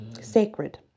sacred